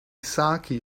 saké